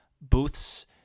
booths